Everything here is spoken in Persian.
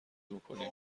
میکنیم